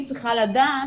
היא צריכה לדעת